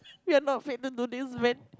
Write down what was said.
you're not fit to do this when